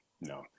no